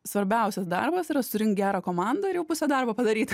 svarbiausias darbas yra surinkt gerą komandą ir jau pusė darbo padaryta